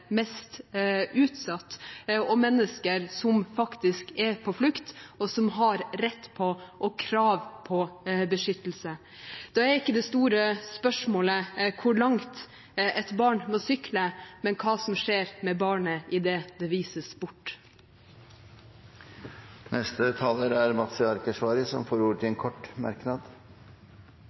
mest utsatt, og mennesker som faktisk er på flukt, og som har rett til og krav på beskyttelse. Da er ikke det store spørsmålet hvor langt et barn må sykle, men hva som skjer med barnet idet det vises bort. Representanten Mazyar Keshvari har hatt ordet to ganger tidligere og får ordet til